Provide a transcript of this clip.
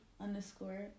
underscore